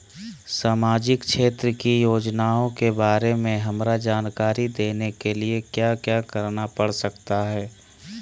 सामाजिक क्षेत्र की योजनाओं के बारे में हमरा जानकारी देने के लिए क्या क्या करना पड़ सकता है?